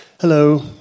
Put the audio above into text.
Hello